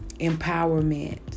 empowerment